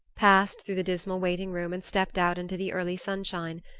passed through the dismal waiting-room and stepped out into the early sunshine.